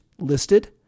listed